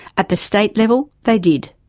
at the state level, they did.